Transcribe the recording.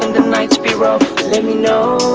and nights be rough let me know